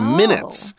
minutes